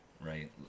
right